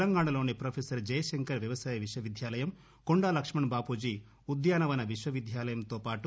తెలంగాణలోని ప్రొఫెసర్ జయశంకర్ వ్యవసాయ విశ్వవిద్యాలయం కొండా లక్ష్మణ్ బాపూజీ ఉద్యానవన విశ్వవిద్యాలయంతో పాటు